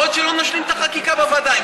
יכול להיות שלא נשלים את החקיקה בוועדה.